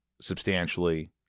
substantially